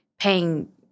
paying